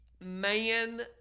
man